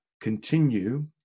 continue